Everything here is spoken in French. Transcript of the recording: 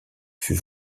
fut